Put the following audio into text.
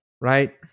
right